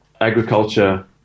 agriculture